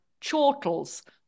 chortles